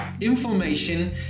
information